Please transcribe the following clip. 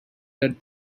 that